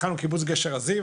התחלנו בקיבוץ גשר הזיו,